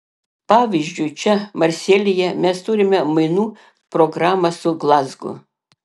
pavyzdžiui čia marselyje mes turime mainų programą su glazgu